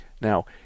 Now